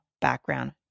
background